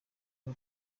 bwo